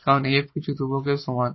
কারণ f কিছু ধ্রুবকের সমান